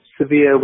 severe